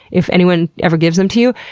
if anyone ever gives them to you,